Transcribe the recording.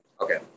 Okay